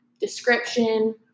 description